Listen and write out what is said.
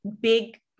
big